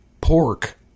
pork